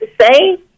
say